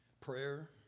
prayer